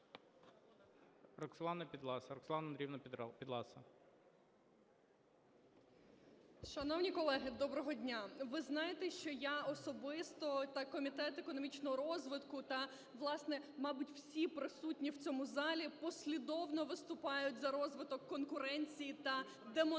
ПІДЛАСА Р.А. Шановні колеги, доброго дня! Ви знаєте, що я особисто та Комітет економічного розвитку, та, власне, мабуть, всі присутні в цьому залі, послідовно виступають за розвиток конкуренції та демонополізацію